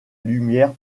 lumière